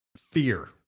Fear